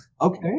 okay